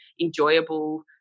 enjoyable